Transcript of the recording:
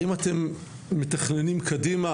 האם אתם מתכננים קדימה,